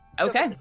Okay